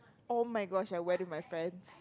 oh-my-gosh I went with my friends